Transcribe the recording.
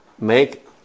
make